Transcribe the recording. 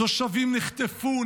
תושבים נחטפו,